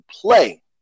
play